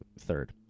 third